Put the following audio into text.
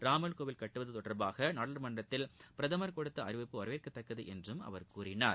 ராமர் கோவில் கட்டுவது தொடர்பாக நாடாளுமன்றத்தில் பிரதமர் கொடுத்த அறிவிப்பு வரவேற்கத்தக்கது என்று கூறினார்